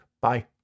Bye